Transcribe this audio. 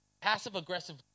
passive-aggressive